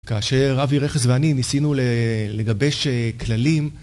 כאשר אבי רכס ואני ניסינו לגבש כללים